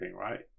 right